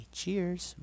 cheers